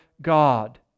God